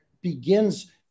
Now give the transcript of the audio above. begins